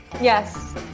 Yes